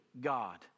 God